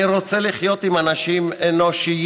/ אני רוצה לחיות עם אנשים אנושיים,